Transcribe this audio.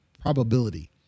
probability